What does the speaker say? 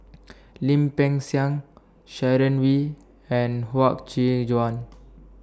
Lim Peng Siang Sharon Wee and Huang Qi Joan